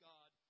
God